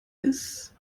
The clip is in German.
ist